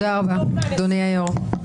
רבה, אדוני היו"ר.